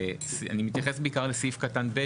ואני מתייחס בעיקר לסעיף קטן ב',